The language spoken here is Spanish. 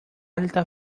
alta